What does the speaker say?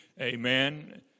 Amen